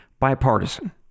bipartisan